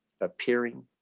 appearing